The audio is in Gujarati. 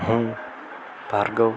હુ ભાર્ગવ